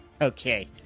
Okay